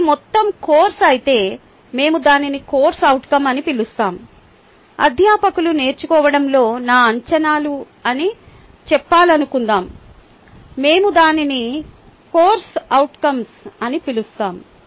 ఇది మొత్తం కోర్సు అయితే మేము దానిని కోర్సు అవుట్కం అని పిలుస్తాము అధ్యాపకులు నేర్చుకోవడంలో నా అంచనాలు అని చెప్పాలనుకుందాం మేము దానిని కోర్సు అవుట్కంస్ అని పిలుస్తాము